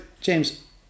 James